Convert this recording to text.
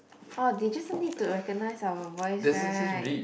oh they just need to recognise our voice right